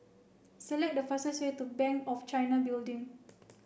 select the fastest way to Bank of China Building